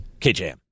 KJM